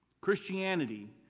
Christianity